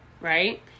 right